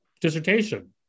dissertation